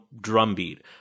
drumbeat